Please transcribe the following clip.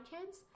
kids